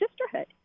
sisterhood